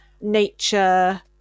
nature